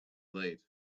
late